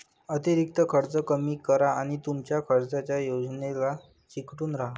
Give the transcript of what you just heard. अतिरिक्त खर्च कमी करा आणि तुमच्या खर्चाच्या योजनेला चिकटून राहा